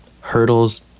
Hurdles